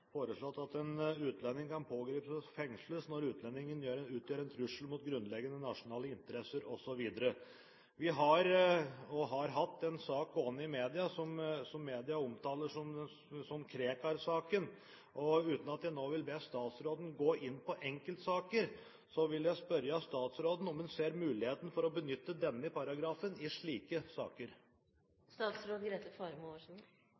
foreslått at en utlending kan pågripes og fengsles når «utlendingen utgjør en trussel mot grunnleggende nasjonale interesser» osv. Vi har – og har hatt – en sak gående i media, som media omtaler som Krekar-saken. Uten at jeg nå vil be statsråden gå inn i enkeltsaker, vil jeg spørre henne om hun ser muligheten for å benytte denne paragrafen i slike